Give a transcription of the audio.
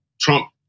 Trump